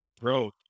bro